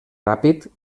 ràpid